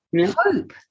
hope